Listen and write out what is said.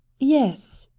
yes,